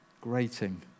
grating